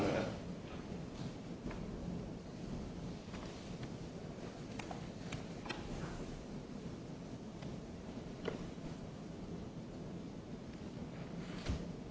them